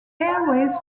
airways